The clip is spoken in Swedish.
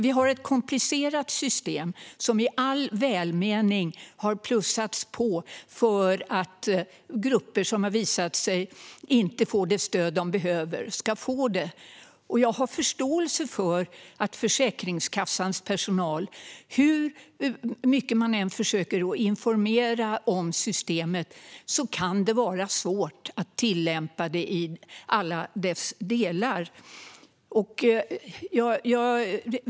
Vi har ett komplicerat system som i all välmening har plussats på för att grupper som det har visat sig inte får det stöd de behöver ska få det. Jag har förståelse för att det kan vara svårt för Försäkringskassans personal att tillämpa systemet i alla dess delar, hur mycket man än försöker informera om det.